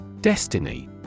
Destiny